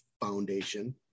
foundation